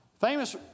famous